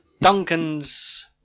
Duncan's